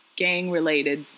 gang-related